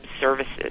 services